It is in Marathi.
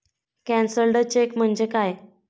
कॅन्सल्ड चेक म्हणजे काय?